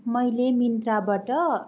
मैले मिन्त्राबाट